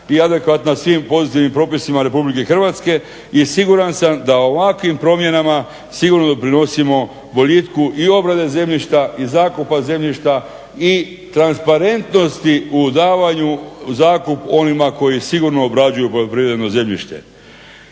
i adekvatna svim pozitivnim propisima RH. I siguran sam da ovakvim promjenama sigurno doprinosimo boljitku i obrade zemljišta i zakupa zemljišta i transparentnosti u davanju u zakup onima koji sigurno obrađuju poljoprivredno zemljište.